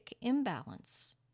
imbalance